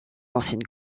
anciennes